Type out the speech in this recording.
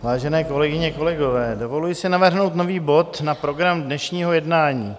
Vážené kolegyně, kolegové, dovoluji si navrhnout nový bod na program dnešního jednání.